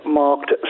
marked